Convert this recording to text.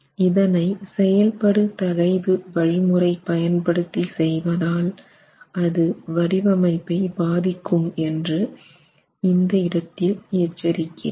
இதனை செயல்படுதகைவு வழிமுறை பயன்படுத்தி செய்தால் அது வடிவமைப்பை பாதிக்கும் என்று இந்த இடத்தில் எச்சரிக்கிறேன்